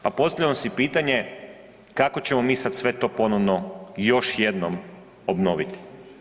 Pa postavljam si pitanje kako ćemo mi sad sve to ponovno još jednom obnoviti?